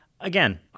again